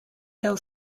hill